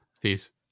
Peace